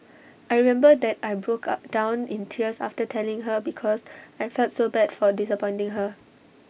I remember that I broke up down in tears after telling her because I felt so bad for disappointing her